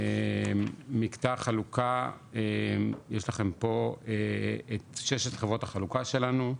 מקטע החלוקה יש לכם פה את ששת חברות החלוקה שלנו,